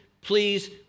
Please